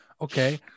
Okay